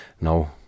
No